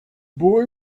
boy